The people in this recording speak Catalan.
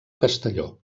castelló